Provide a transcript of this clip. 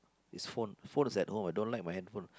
this phone phone is at home I don't like my handphone